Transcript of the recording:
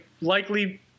likely